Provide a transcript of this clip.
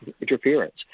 interference